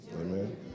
Amen